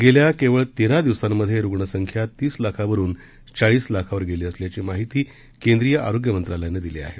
गेल्या केवळ तेरा दिवसांमधे रुग्ण संख्या तीस लाखांवरून चाळीस लाखावर गेली असल्याची माहिती केंद्रीय आरोग्य मंत्रालयानं दिली आहे